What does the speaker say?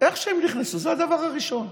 איך שהם נכנסו, זה הדבר הראשון.